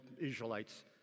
Israelites